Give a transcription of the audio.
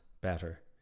better